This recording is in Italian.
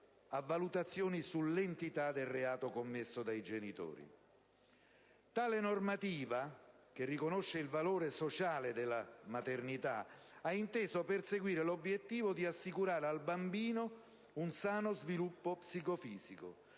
la salvaguardia del rapporto tra genitori e figli. Tale normativa, che riconosce il valore sociale della maternità, ha inteso perseguire l'obiettivo di assicurare al bambino un sano sviluppo psicofisico,